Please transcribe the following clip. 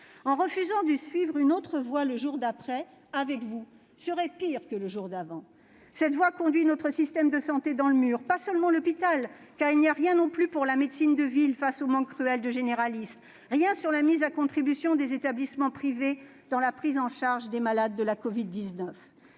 ce refus de suivre une autre voie, le jour d'après, avec vous, sera pire que le jour d'avant ! Cette voie conduit notre système de santé dans le mur, et pas seulement l'hôpital, car rien n'est prévu non plus pour la médecine de ville face au manque cruel de généralistes, et rien sur la mise à contribution des établissements privés pour la prise en charge des malades de la covid-19.